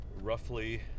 roughly